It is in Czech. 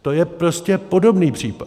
To je prostě podobný případ.